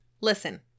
Listen